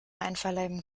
einverleiben